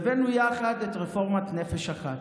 הבאנו יחד את רפורמת נפש אחת,